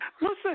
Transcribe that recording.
Listen